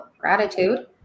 gratitude